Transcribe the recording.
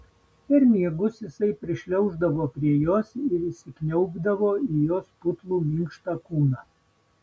per miegus jis prišliauždavo prie jos ir įsikniaubdavo į jos putlų minkštą kūną